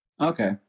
Okay